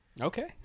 Okay